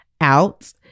out